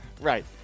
Right